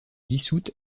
dissoute